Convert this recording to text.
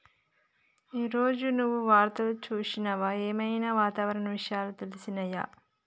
ఈ రోజు నువ్వు వార్తలు చూసినవా? ఏం ఐనా వాతావరణ విషయాలు తెలిసినయా?